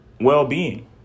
well-being